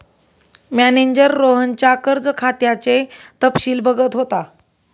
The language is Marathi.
मॅनेजर रोहनच्या कर्ज खात्याचे तपशील बघत होता